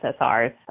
SSRs